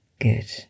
Good